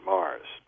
Mars